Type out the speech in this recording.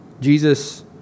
Jesus